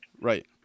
Right